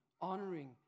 honoring